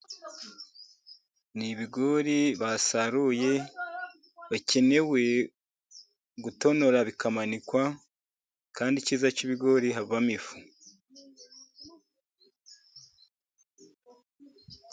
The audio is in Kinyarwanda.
Ni ibigori basaruye bikeneye gutonorwa bikamanikwa. Kandi icyiza cy'ibigori havamo ifu.